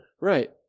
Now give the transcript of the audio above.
Right